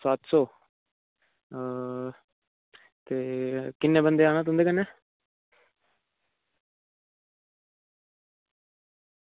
सत्त सौ ते किन्ने बंदे आना तुंदे कन्नै